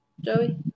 Joey